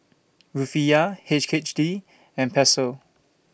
Rufiyaa H K D and Peso